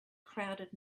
crowded